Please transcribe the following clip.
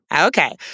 okay